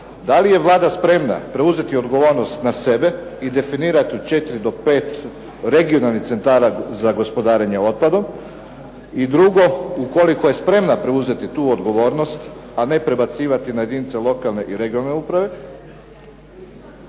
da li je Vlada spremna preuzeti odgovornost na sebe i definirati u 4 do 5 regionalnih centara za gospodarenje otpadom? I drugo, ukoliko je spremna preuzeti tu odgovornost, a ne prebacivati na jedinice lokalne i regionalne uprave,